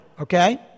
okay